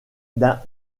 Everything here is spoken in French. d’un